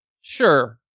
Sure